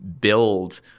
build